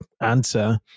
answer